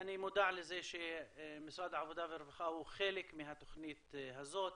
אני מודע לזה שמשרד העבודה והרווחה הוא חלק מהתוכנית הזאת,